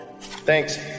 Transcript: Thanks